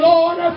Lord